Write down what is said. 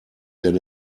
denn